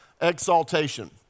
exaltation